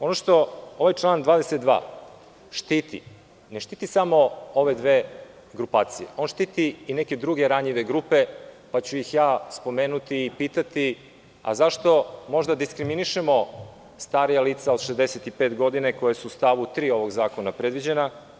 Ono što ovaj član 22. štiti, ne štiti samo ove dve grupacije, on štiti i neke druge ranjive grupe, pa ću ih ja spomenuti i pitati - a zašto možda diskriminišemo starija lica od 65 godina koja su u stavu 3. ovog zakona predviđena?